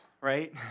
right